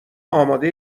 آماده